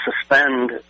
suspend